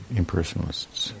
impersonalists